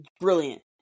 brilliant